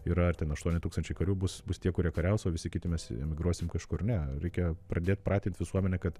yra ar ten aštuoni tūkstančiai karių bus bus tie kurie kariaus o visi kiti mes emigruosim kažkur ne reikia pradėt pratint visuomenę kad